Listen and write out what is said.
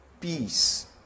peace